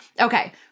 Okay